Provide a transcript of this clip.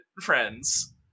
friends